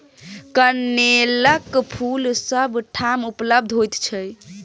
कनेलक फूल सभ ठाम उपलब्ध होइत छै